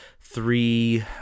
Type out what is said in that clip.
Three